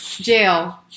jail